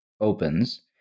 opens